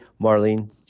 Marlene